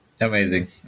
Amazing